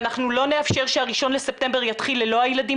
ואנחנו לא נאפשר שה-1 לספטמבר יתחיל ללא הילדים